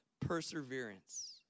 perseverance